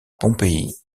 pompéi